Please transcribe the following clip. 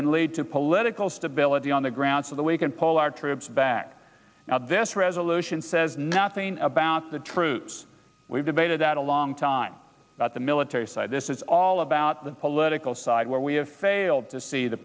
can lead to political stability on the grounds of the we can pull our troops back now this resolution says nothing about the troops we've debated that a long time the military side this is all about the political side where we have failed to see the